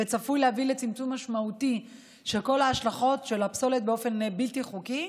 וצפוי להביא לצמצום משמעותי של כל השלכות הפסולת באופן בלתי חוקי.